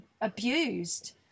abused